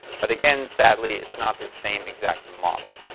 but again, sadly, it's not this same exact model.